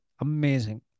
amazing